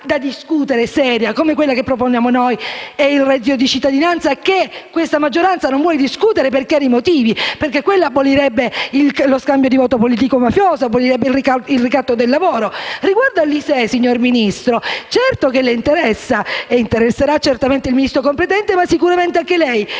da discutere come quella che proponiamo noi - il reddito di cittadinanza - che questa maggioranza non vuole discutere per chiari motivi, perché abolirebbe il voto di scambio politico-mafioso e il ricatto del lavoro. Per quanto riguarda l'ISEE, signor Ministro, certo che le interessa e interesserà certamente il Ministro competente, ma sicuramente anche lei.